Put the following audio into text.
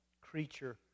creature